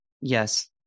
Yes